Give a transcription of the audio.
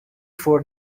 for